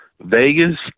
Vegas